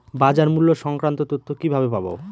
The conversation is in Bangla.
বাজার মূল্য সংক্রান্ত তথ্য কিভাবে পাবো?